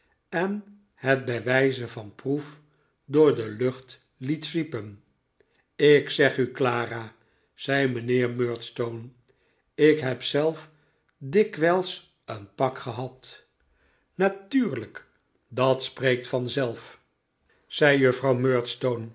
en het bij wijze van proef door de lucht liet zwiepen ik zeg u clara zei mijnheer murdstone ik heb zelf dikwijls een pak gehad natuurlijk dat spreekt van zelf zei david copperfield juffrouw